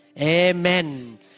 Amen